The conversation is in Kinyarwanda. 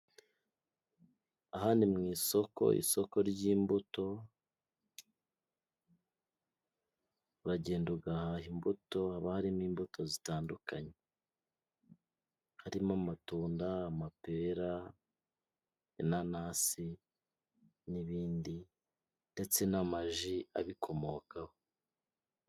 Aha ni mu isoko, isoko ry'imbuto, uragenda ugahaha imbuto, haba harimo imbuto zitandukanye. Harimo amatunda, amapera, inanasi, n'ibindi, ndetse n'amaji abikomokaho.